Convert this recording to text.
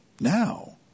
Now